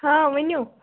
ہا ؤنِو